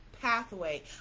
pathway